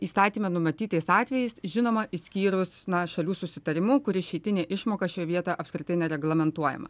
įstatyme numatytais atvejais žinoma išskyrus šalių susitarimu kur išeitinė išmoka šioj vietoj apskritai nereglamentuojama